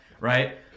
right